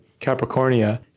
Capricornia